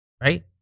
right